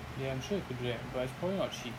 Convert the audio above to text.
ya I'm sure you could do that but it's probably not cheap